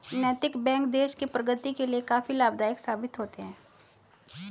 नैतिक बैंक देश की प्रगति के लिए काफी लाभदायक साबित होते हैं